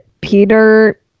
Peter